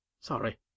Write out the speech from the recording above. Sorry